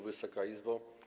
Wysoka Izbo!